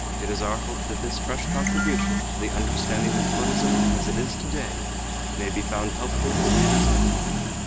it is our hope that this fresh contribution to the understanding of buddhism as it is today may be found helpful to readers everywhere.